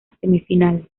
semifinales